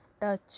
touch